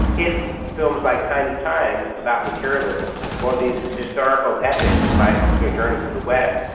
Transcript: if films like tiny times about materialism or these historical epics like journey to the west,